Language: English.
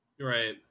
Right